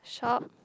shop